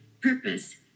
purpose